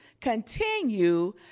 continue